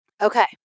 Okay